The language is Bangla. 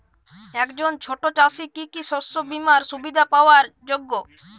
একজন ছোট চাষি কি কি শস্য বিমার সুবিধা পাওয়ার যোগ্য?